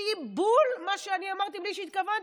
שהיא בול מה שאני אמרתי בלי שהתכוונתי.